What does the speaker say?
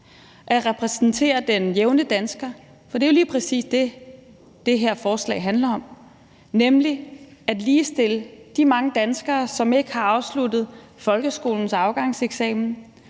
og repræsenterer den jævne dansker, for det er jo lige præcis det, det her forslag handler om, nemlig at ligestille de mange danskere, som ikke har afsluttet folkeskolens afgangseksamen,